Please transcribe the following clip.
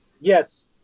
Yes